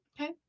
Okay